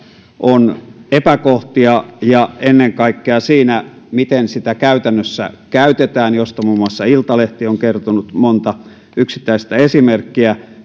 on epäkohtia ja ennen kaikkea siinä miten sitä käytännössä käytetään mistä muun muassa iltalehti on kertonut monta yksittäistä esimerkkiä